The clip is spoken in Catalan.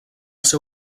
ser